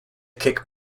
kick